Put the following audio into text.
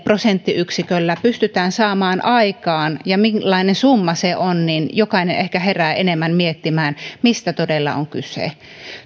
yhdellä prosenttiyksiköllä pystytään saamaan aikaan ja millainen summa se on niin jokainen ehkä herää enemmän miettimään mistä todella on kyse